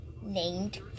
named